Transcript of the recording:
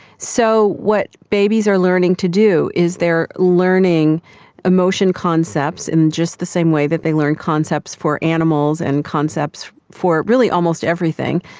so what babies are learning to do is they are learning emotion concepts in just the same way that they learn concepts for animals and concepts for really almost everything,